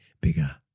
bigger